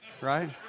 right